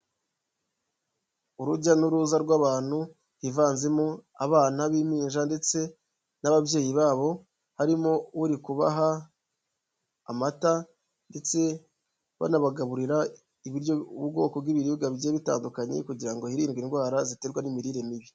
Urujya n'uruza rw'abantu, hivanzemo abana b'impinja ndetse n'ababyeyi babo, harimo uri kubaha amata, ndetse banabagaburira ubwoko bw'ibiribwa bigiye bitandukanye, kugira ngo hirindwe indwara ziterwa n'imirire mibi.